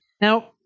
Now